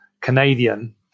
Canadian